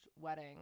wedding